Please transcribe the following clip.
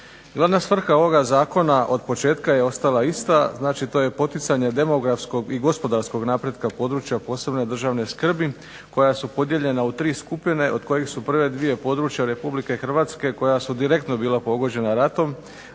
Glavna svrha ovoga zakona od početka je ostala ista, znači to je poticanje demografskog i gospodarskog napretka područja od posebne državne skrbi, koja su podijeljena u tri skupine, od kojih su prve dvije područja Republike Hrvatske koja su direktno bila pogođena ratom,